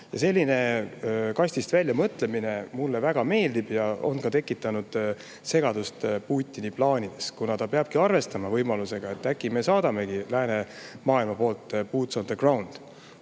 Selline kastist välja mõtlemine mulle väga meeldib ja see on ka tekitanud segadust Putini plaanides, kuna ta peab arvestama võimalusega, et äkki me saadamegi läänemaailma pooltboots on the ground.